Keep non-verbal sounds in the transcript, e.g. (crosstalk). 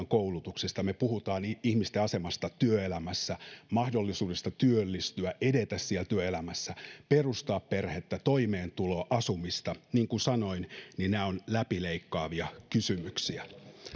(unintelligible) koulutuksesta kun me puhumme ihmisten asemasta työelämässä mahdollisuudesta työllistyä edetä siellä työelämässä perustaa perhettä toimeentuloa asumista niin kuin sanoin nämä ovat läpileikkaavia kysymyksiä